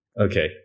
Okay